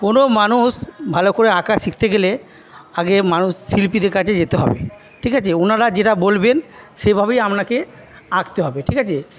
কোনো মানুষ ভালো করে আঁকা শিখতে গেলে আগে মানুষ শিল্পীদের কাছে যেতে হবে ঠিক আছে ওনারা যেটা বলবেন সেভাবেই আপনাকে আঁকতে হবে ঠিক আছে